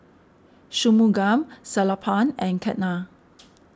Shunmugam Sellapan and Ketna